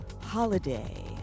holiday